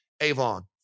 Avon